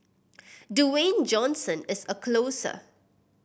Dwayne Johnson is a closer